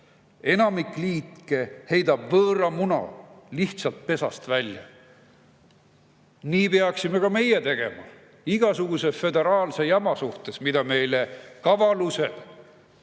Enamik liike heidab võõra muna lihtsalt pesast välja. Nii peaksime ka meie tegema igasuguse föderaalse jamaga, mida meile kavaluse,